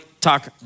talk